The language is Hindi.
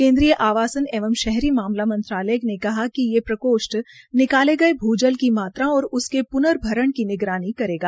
केन्द्रीय आवासन और शहरी मामला मंत्रालय ने कहा कि ये प्रकोष्ठ निकाले गये भू जल की मात्रा और उसके प्र्नभरण की निगरानी करेगा